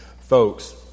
folks